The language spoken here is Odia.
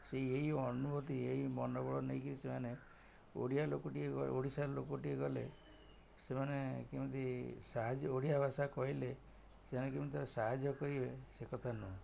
ସେଇ ଏଇ ଓଡ଼ିଆ ଅନୁଭୂତି ଏଇ ମନୋବଳ ନେଇକି ସେମାନେ ଓଡ଼ିଆ ଲୋକଟିଏ ଓଡ଼ିଶାର ଲୋକଟିଏ ଗଲେ ସେମାନେ କେମିତି ସାହାଯ୍ୟ ଓଡ଼ିଆ ଭାଷା କହିଲେ ସେମାନେ କେମିତି ସାହାଯ୍ୟ କରିବେ ସେକଥା ନୁହଁ